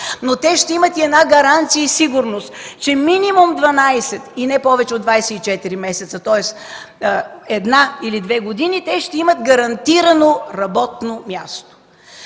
но те ще имат и една гаранция и сигурност, че минимум 12 и не повече от 24 месеца, тоест една или две години ще имат гарантирано работно място.